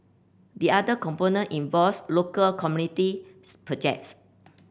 the other component involves local community projects